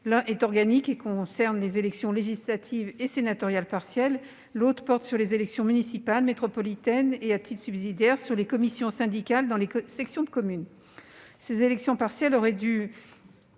L'un est organique et concerne les élections législatives et sénatoriales partielles ; l'autre porte sur les élections municipales et métropolitaines et, à titre subsidiaire, sur les commissions syndicales dans les sections de commune. Ces élections partielles auraient lieu